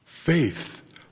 Faith